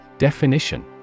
Definition